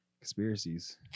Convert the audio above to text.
Conspiracies